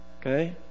Okay